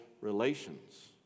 relations